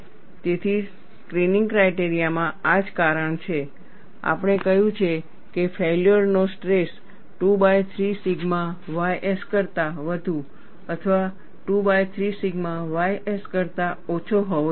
તેથી screening criteria માં આ જ કારણ છે આપણે કહ્યું છે કે ફેલ્યોર નો સ્ટ્રેસ 2 બાય 3 સિગ્મા ys કરતાં વધુ અથવા 2 બાય 3 સિગ્મા ys કરતાં ઓછો હોવો જોઈએ